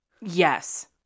Yes